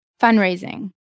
fundraising